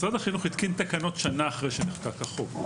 משרד החינוך התקין תקנות שנה אחרי שנחקק החוק.